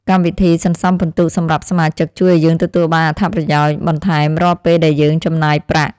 កម្មវិធីសន្សំពិន្ទុសម្រាប់សមាជិកជួយឱ្យយើងទទួលបានអត្ថប្រយោជន៍បន្ថែមរាល់ពេលដែលយើងចំណាយប្រាក់។